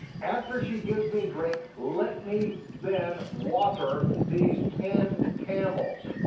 after she gives me a drink, let me then water these ten camels,